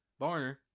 Barner